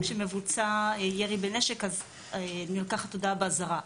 כשמבוצע ירי בנשק אז נלקחת הודעה באזהרה,